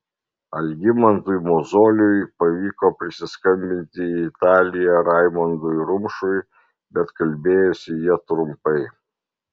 algimantui mozoliui pavyko prisiskambinti į italiją raimondui rumšui bet kalbėjosi jie trumpai